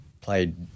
played